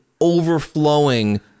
overflowing